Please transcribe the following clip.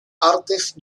artes